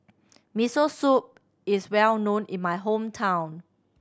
Miso Soup is well known in my hometown